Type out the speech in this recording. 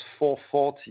$4.40